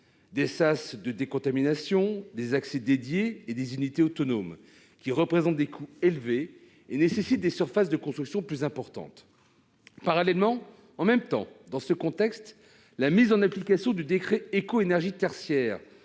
sas de décontamination, accès dédiés, unités autonomes ... -qui représentent des coûts élevés et nécessitent des surfaces de construction plus importantes. Parallèlement, dans ce contexte, l'application du décret éco-énergie tertiaire